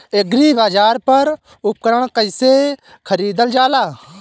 एग्रीबाजार पर उपकरण कइसे खरीदल जाला?